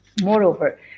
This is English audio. Moreover